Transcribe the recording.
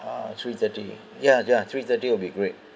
uh three-thirty ya ya three thirty will be great